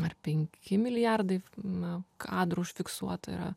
ar penki milijardai na kadrų užfiksuota yra